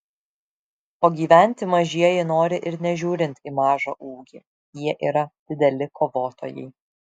o gyventi mažieji nori ir nežiūrint į mažą ūgį jie yra dideli kovotojai